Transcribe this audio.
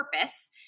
purpose